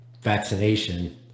vaccination